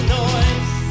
noise